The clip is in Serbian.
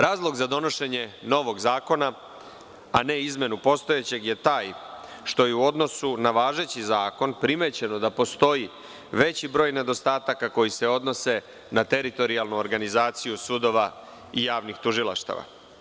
Razlog za donošenje novog zakona, a ne izmenu postojećeg je taj što je u odnosu na važeći zakon primećeno da postoji veći broj nedostataka koji se odnose na teritorijalnu organizaciju sudova i javnih tužilaštava.